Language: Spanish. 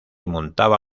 montaba